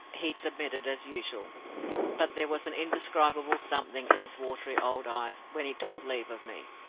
he submitted as usual but there was an indescribable something in his watery old eyes, when he took leave of me,